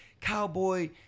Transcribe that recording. cowboy